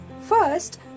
First